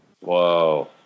Whoa